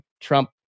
Trump